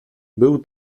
był